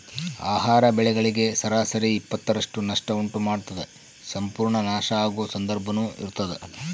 ಆಹಾರ ಬೆಳೆಗಳಿಗೆ ಸರಾಸರಿ ಇಪ್ಪತ್ತರಷ್ಟು ನಷ್ಟ ಉಂಟು ಮಾಡ್ತದ ಸಂಪೂರ್ಣ ನಾಶ ಆಗೊ ಸಂದರ್ಭನೂ ಇರ್ತದ